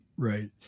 Right